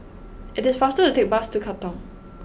it is faster to take the bus to Katong